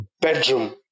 bedroom